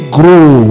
grow